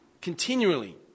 continually